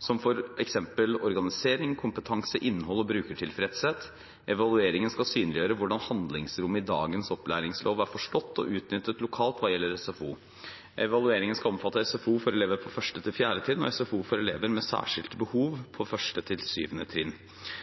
som for eksempel organisering, kompetanse, innhold og brukertilfredshet. Evalueringen skal synliggjøre hvordan handlingsrommet i dagens opplæringslov er forstått og utnyttet lokalt hva gjelder SFO. Evalueringen skal omfatte SFO for elever på 1.-4. trinn og SFO for elever med særskilte behov på